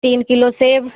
तीन किलो सेब